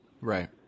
Right